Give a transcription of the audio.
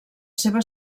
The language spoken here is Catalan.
seva